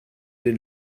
den